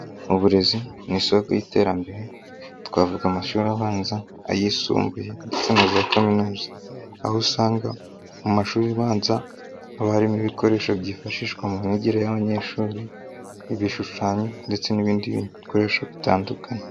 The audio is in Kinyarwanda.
Uburezi ni isoko y'iterambere, twavuga amashuri abanza, ayisumbuye ndetse na za kaminuza, aho usanga mu mashuri abanza aba arimo ibikoresho byifashishwa mu myigire y'abanyeshuri, ibishushanyo ndetse n'ibindi bikoresho bitandukanye.